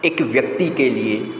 एक व्यक्ति के लिए